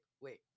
wait